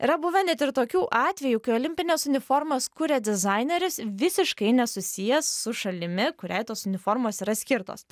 yra buvę net ir tokių atvejų kai olimpines uniformas kuria dizaineris visiškai nesusijęs su šalimi kuriai tos uniformos yra skirtos